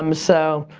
um so,